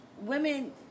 women